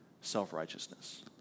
self-righteousness